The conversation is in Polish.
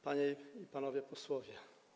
Panie i Panowie Posłowie!